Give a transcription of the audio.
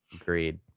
agreed